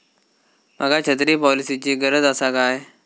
माका छत्री पॉलिसिची गरज आसा काय?